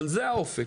אבל זה האופק,